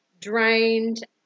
drained